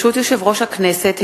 ברשות יושב-ראש הכנסת,